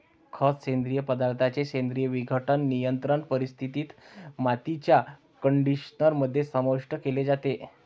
खत, सेंद्रिय पदार्थांचे सेंद्रिय विघटन, नियंत्रित परिस्थितीत, मातीच्या कंडिशनर मध्ये समाविष्ट केले जाते